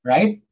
Right